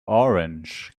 orange